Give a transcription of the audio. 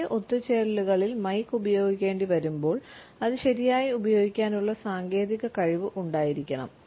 വലിയ ഒത്തുചേരലുകളിൽ മൈക്ക് ഉപയോഗിക്കേണ്ടിവരുമ്പോൾ അത് ശരിയായി ഉപയോഗിക്കാനുള്ള സാങ്കേതിക കഴിവ് ഉണ്ടായിരിക്കണം